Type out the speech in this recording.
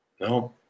No